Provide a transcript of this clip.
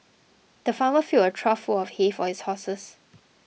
the farmer filled a trough full of hay for his horses